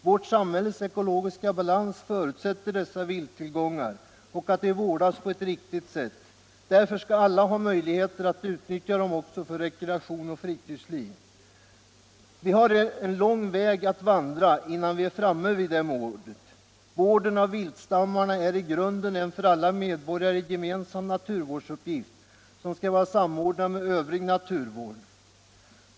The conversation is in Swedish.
Vårt samhälles ekologiska balans förutsätter att dessa vilttillgångar finns och att de vårdas på ett riktigt sätt. Därför skall alla ha möjlighet att utnyttja dem för rekreation och fritidsliv. Vi har en lång väg att vandra innan vi är framme vid detta mål. Vården av viltstammarna är i grunden en för alla medborgare gemensam naturvårdsuppgift, som skall vara samordnad med övrig naturvård.